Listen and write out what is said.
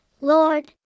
Lord